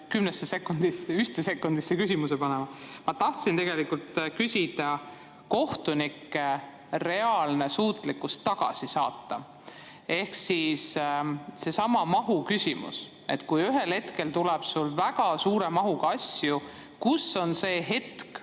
kümnesse sekundisse või ühte sekundisse panema. Ma tahtsin tegelikult küsida kohtunike reaalse suutlikkuse kohta [asju] tagasi saata. Ehk siis seesama mahuküsimus: kui ühel hetkel tuleb sulle väga suure mahuga asju, mis on see hetk,